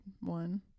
one